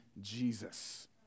Jesus